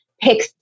pick